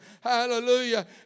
Hallelujah